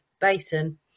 basin